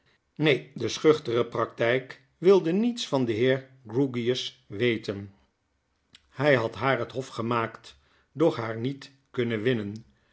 neen de schuchtere praktykwildeniets van den heer grewgious weten hij had haar het hof gemaakt doch haar niet kunnen winnen